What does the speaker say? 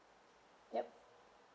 yup